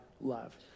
love